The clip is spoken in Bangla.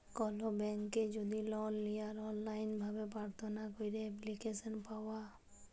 কল ব্যাংকে যদি লল লিয়ার অললাইল ভাবে পার্থনা ক্যইরে এপ্লিক্যাসল পাউয়া